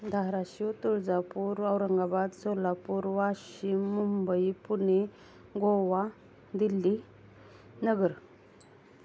Dharashiv Tuljapur Aurangabad Solapur Washim Mumbai Pune Goa Delhi Nagar